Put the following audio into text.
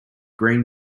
green